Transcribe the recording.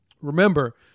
Remember